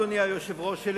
אדוני היושב-ראש,